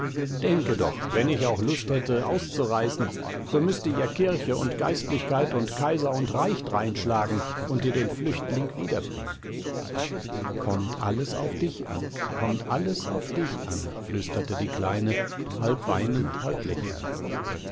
denke doch wenn ich auch lust hätte auszureisen so müßte ja kirche und geistlichkeit und kaiser und reich dreinschlagen und dir den flüchtling wiederbringen kommt alles auf dich an kommt alles auf dich an flüsterte die kleine halb weinend halb lächelnd